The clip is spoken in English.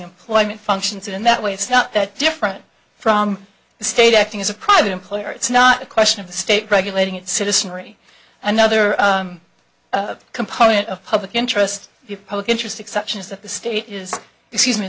employment functions in that way it's not that different from the state acting as a private employer it's not a question of the state regulating its citizenry another component of public interest the public interest exception is that the state is excuse me